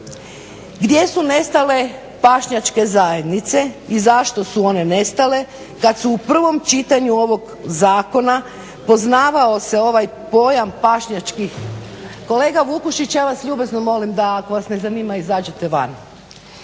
gdje su nastale pašnjačke zajednice i zašto su one nestale kad su u prvom čitanju ovog zakona poznavao se ovaj pojam pašnjačkih, kolega Vukušić ja vas ljubazno molim da ako vas ne zanima izađete van.